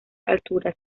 alturas